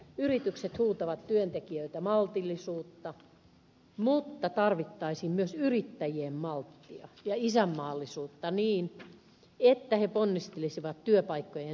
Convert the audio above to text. yritykset huutavat työntekijöiltä maltillisuutta mutta tarvittaisiin myös yrittäjien malttia ja isänmaallisuutta niin että he ponnistelisivat työpaikkojen säilyttämiseksi maassamme